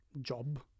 job